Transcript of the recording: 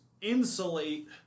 insulate